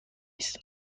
است